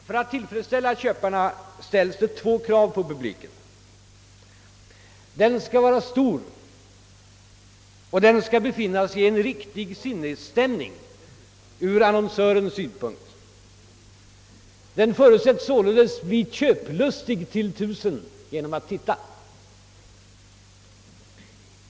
För att tillfredsställa köparna ställs det två krav på publiken: den skall vara stor och befinna sig i en riktig sinnesstämning från annonsörens synpunkt. Publiken förutsätts således bli köplustig »till tusen» genom att titta.